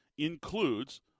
includes